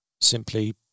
simply